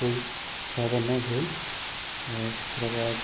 कोइ फायदा ना भेल आओर ओकरा बाद